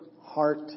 heart